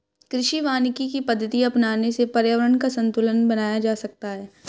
कृषि वानिकी की पद्धति अपनाने से पर्यावरण का संतूलन बनाया जा सकता है